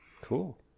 Cool